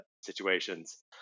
situations